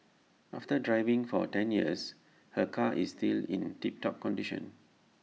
after driving for ten years her car is still in tip top condition